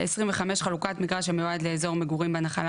(4) (25) חלוקת מגרש המיועד לאזור מגורים בנחלה,